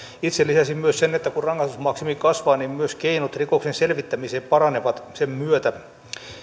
itse lisäisin myös sen että kun rangaistusmaksimi kasvaa niin myös keinot rikoksen selvittämiseen paranevat sen myötä